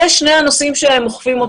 אלה שני הנושאים אותם הם אוכפים.